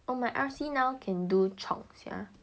oh my R_C now can do chalk sia